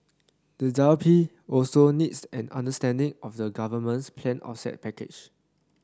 the W P also needs an understanding of the government's planned offset package